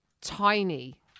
tiny